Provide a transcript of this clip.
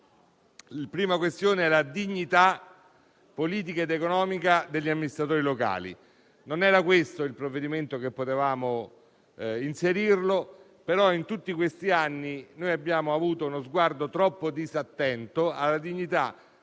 relativa alla dignità politica ed economica degli amministratori locali. Non era questo il provvedimento in cui potevamo inserire tale tema, ma in tutti questi anni abbiamo avuto uno sguardo troppo disattento alla dignità politica